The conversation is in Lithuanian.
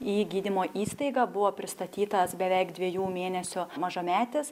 į gydymo įstaigą buvo pristatytas beveik dviejų mėnesių mažametis